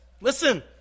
Listen